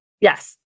Yes